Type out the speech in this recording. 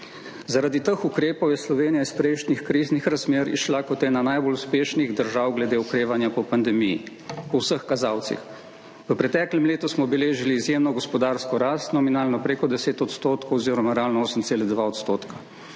Zaradi teh ukrepov je Slovenija iz prejšnjih kriznih razmer izšla kot ena najbolj uspešnih držav glede okrevanja po pandemiji, po vseh kazalcih. V preteklem letu smo beležili izjemno gospodarsko rast, nominalno preko 10 % oziroma realno 8,2 %.